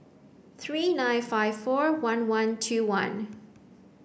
three nine five four one one two one